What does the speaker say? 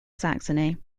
saxony